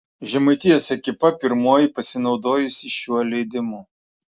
žemaitijos ekipa pirmoji pasinaudojusi šiuo leidimu